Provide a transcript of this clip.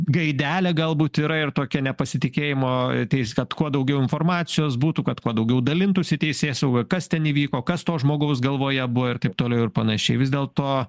gaidelę galbūt yra ir tokia nepasitikėjimo ateis kad kuo daugiau informacijos būtų kad kuo daugiau dalintųsi teisėsauga kas ten įvyko kas to žmogaus galvoje buvo ir taip toliau ir panašiai vis dėlto